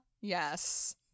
yes